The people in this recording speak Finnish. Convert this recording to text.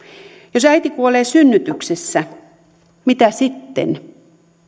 jos äiti kuolee synnytyksessä mitä sitten